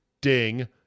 ding